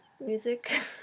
music